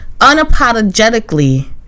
unapologetically